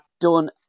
done